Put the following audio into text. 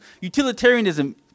Utilitarianism